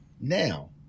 Now